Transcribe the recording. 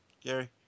gary